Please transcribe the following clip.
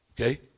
okay